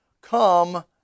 come